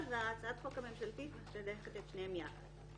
והצעת החוק הממשלתית משלבת את שניהם יחד.